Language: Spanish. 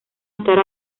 estar